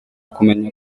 kumenya